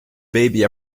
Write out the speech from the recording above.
baby